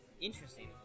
Interesting